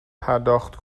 پرداخت